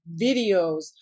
videos